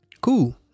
cool